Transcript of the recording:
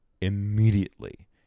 immediately